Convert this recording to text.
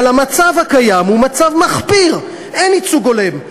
אבל המצב הקיים הוא מצב מחפיר, אין ייצוג הולם.